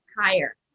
higher